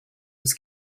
was